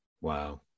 Wow